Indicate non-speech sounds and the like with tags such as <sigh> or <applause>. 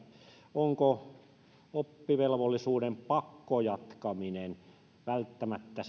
onko oppivelvollisuuden pakkojatkaminen välttämättä <unintelligible>